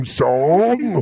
song